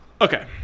Okay